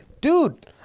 Dude